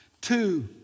Two